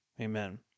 Amen